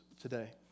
today